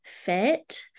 fit